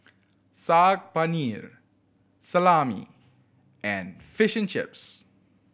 Saag Paneer Salami and Fish Chips